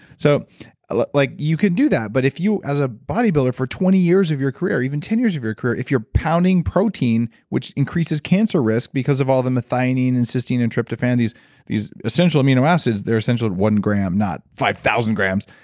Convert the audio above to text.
so like like you could do that, but if you, as a bodybuilder for twenty years of your career, even ten years of your career, if you're pounding protein which increases cancer risk because of all the methionine and cysteine and tryptophan, these these essential amino acids that are essential one gram not five thousand grams.